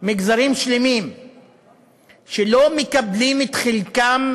ומגזרים שלמים שלא מקבלים את חלקם,